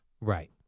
Right